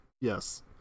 yes